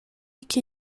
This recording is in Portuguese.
que